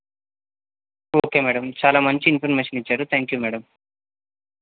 okay madam చాలా మంచి information ఇచ్చారు థ్యాంక్ యూ మ్యాడమ్